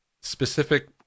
specific